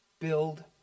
build